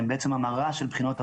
הן בעצם המרה של בחינות הבגרות,